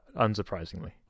unsurprisingly